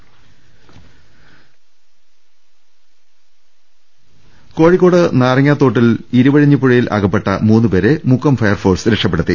രദ്ദേഷ്ടങ കോഴിക്കോട് നാരങ്ങാതോട്ടിൽ ഇരുവഴിഞ്ഞി പുഴയിൽ അകപ്പെട്ട മൂന്നു പേരെ മുക്കം ഫയർ ഫോഴ്സ് രക്ഷപ്പെടുത്തി